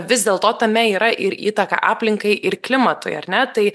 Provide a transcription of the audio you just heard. vis dėl to tame yra ir įtaka aplinkai ir klimatui ar ne tai